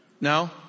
No